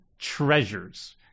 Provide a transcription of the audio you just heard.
Treasures